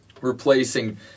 replacing